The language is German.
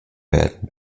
werden